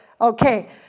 Okay